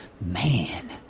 man